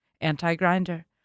Anti-Grinder